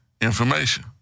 information